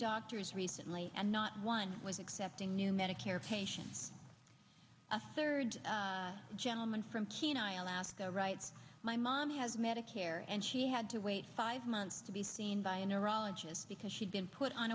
doctors recently and not one was accepting new medicare patients a third general and from kenai alaska right my mom has medicare and she had to wait five months to be seen by a neurologist because she'd been put on